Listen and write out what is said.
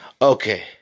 Okay